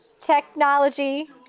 technology